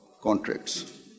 contracts